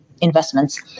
investments